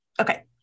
Okay